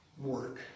work